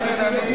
אז הנה אני,